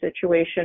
situation